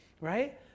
right